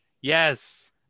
Yes